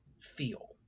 feel